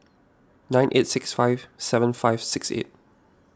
nine eight six five seven five six eight